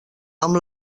amb